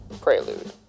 Prelude